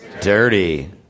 Dirty